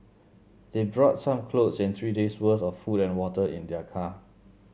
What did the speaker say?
they brought some clothes and three days' worth of food and water in their car